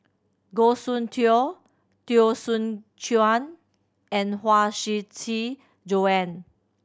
Goh Soon Tioe Teo Soon Chuan and Huang Shiqi Joan